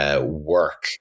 work